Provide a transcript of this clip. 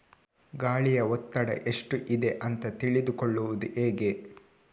ಗಾಳಿಯ ಒತ್ತಡ ಎಷ್ಟು ಇದೆ ಅಂತ ತಿಳಿದುಕೊಳ್ಳುವುದು ಹೇಗೆ?